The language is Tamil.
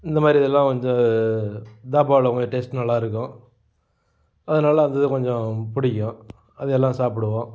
இந்தமாதிரி இதெல்லாம் வந்து தாபாவில கொஞ்சம் டேஸ்ட் நல்லாயிருக்கும் அதனால் அது கொஞ்சம் பிடிக்கும் அது எல்லாம் சாப்பிடுவோம்